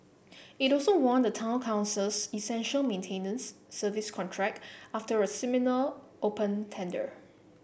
it also won the Town Council's essential maintenance service contract after a similar open tender